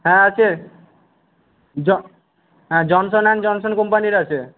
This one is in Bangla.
হ্যাঁ আছে জনসন অ্যান্ড জনসন কোম্পানির আছে